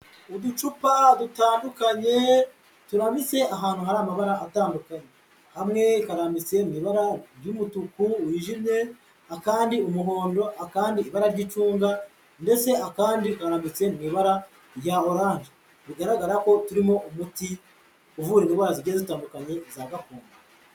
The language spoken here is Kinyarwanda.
Uducupa dutandukanye turabitse ahantu hari amabara atandukanye. Hamwe karambitse mu ibara ry'umutuku wijimye, akandi umuhondo, akandi ibara ry'icunga ndetse akandi karambitse mu ibara rya orange. Bigaragara ko turimo umuti uvura indwara zigiye zitandukanye za gakondo.